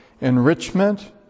enrichment